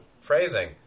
phrasing